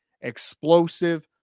explosive